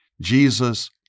Jesus